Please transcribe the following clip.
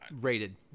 rated